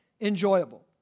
enjoyable